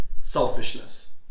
selfishness